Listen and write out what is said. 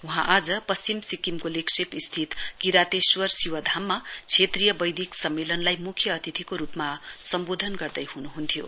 वहाँ आज पश्चिम सिक्किमको लेग्शेप स्थित किराते श्वर शिव धाममा क्षेत्रीय वैदिक सम्मेलनलाई मुख्य अतिथिको रूपमा सम्बोधन गर्दै हनुहन्थयो